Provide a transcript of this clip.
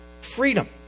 freedom